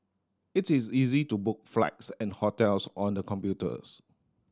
it is easy to book flights and hotels on the computers